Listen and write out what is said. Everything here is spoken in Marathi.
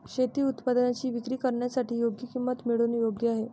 शेती उत्पादनांची विक्री करण्यासाठी योग्य किंमत मिळवणे योग्य आहे